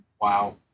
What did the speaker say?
Wow